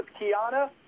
Kiana